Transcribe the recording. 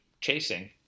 chasing